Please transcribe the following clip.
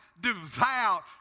devout